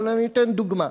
אבל אני נותן דוגמה,